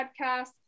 podcast